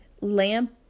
lamp